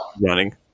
running